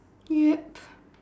yup